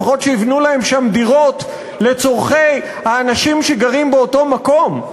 לפחות שיבנו להם דירות לצורכי האנשים שגרים באותו מקום.